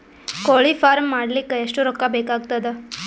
ಕೋಳಿ ಫಾರ್ಮ್ ಮಾಡಲಿಕ್ಕ ಎಷ್ಟು ರೊಕ್ಕಾ ಬೇಕಾಗತದ?